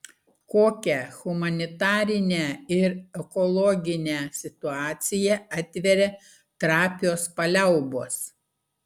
kokią humanitarinę ir ekologinę situaciją atveria trapios paliaubos